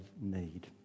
need